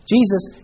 Jesus